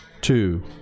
two